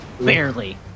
barely